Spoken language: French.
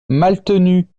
maltenu